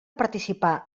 participar